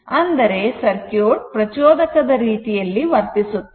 ಅಂದರೆ ಸರ್ಕ್ಯೂಟ್ ಪ್ರಚೋದಕದ ರೀತಿಯಲ್ಲಿ ವರ್ತಿಸುತ್ತದೆ